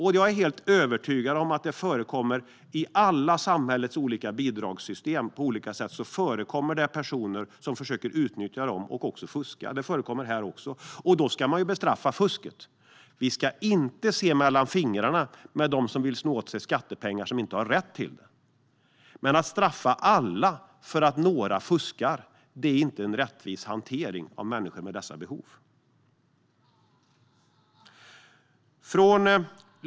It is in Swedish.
Jag är övertygad om att det i samhällets alla olika bidragssystem förekommer personer som försöker utnyttja systemen och fuska. Det förekommer här också, och då ska man bestraffa fusket. Vi ska inte se mellan fingrarna med dem som vill sno åt sig skattepengar som de inte har rätt till. Men att straffa alla för att några fuskar är inte en rättvis hantering av människor med dessa behov.